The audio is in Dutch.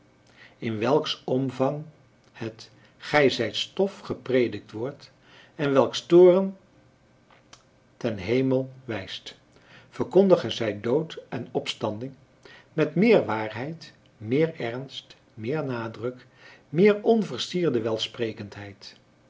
in welks omvang het gij zijt stof gepredikt wordt en welks toren ten hemel wijst verkondigen zij dood en opstanding met meer waarheid meer ernst meer nadruk meer onversierde welsprekendheid